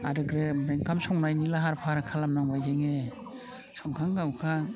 आरो ग्रोबनो ओंखाम संनायनि लाहार फाहार खालामनांबाय जोङो संखां गावखां